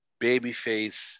Babyface